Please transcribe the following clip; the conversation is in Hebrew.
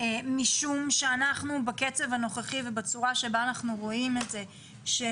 משום שאנחנו בקצב הנוכחי ובצורה שבה אנחנו רואים את זה,